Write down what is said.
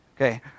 Okay